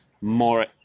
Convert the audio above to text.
more